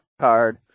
card